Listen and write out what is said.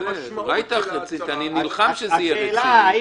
המשמעות של ההצהרה הזאת --- השאלה אם